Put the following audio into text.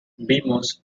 vimos